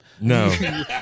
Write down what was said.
No